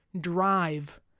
drive